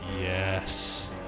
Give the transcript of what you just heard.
Yes